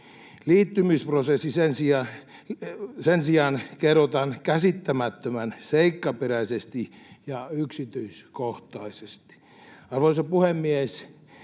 Liittymisprosessi sen sijaan kerrotaan käsittämättömän seikkaperäisesti ja yksityiskohtaisesti. Arvoisa puhemies!